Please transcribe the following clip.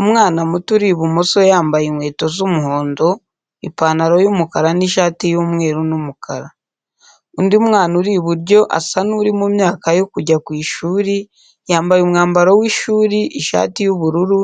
Umwana muto uri ibumoso yambaye inkweto z’umuhondo, ipantalo y’umukara n’ishati y’umweru n’umukara. Undi mwana uri iburyo asa n’uri mu myaka yo kujya ku ishuri, yambaye umwambaro w’ishuri ishati y’ubururu,